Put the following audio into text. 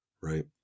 right